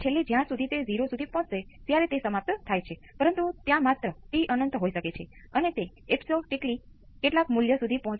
વિદ્યાર્થી R R તેથી તે બરાબર છે જે તમે અહીં જુઓ છો